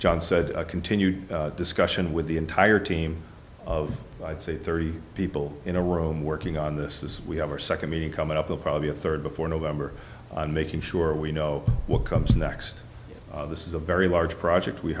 john said a continued discussion with the entire team of i'd say thirty people in a room working on this as we have our second meeting coming up will probably be a third before november making sure we know what comes next this is a very large project we